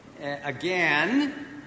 again